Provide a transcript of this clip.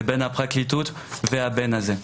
זה בין הפרקליטות והבן הזה.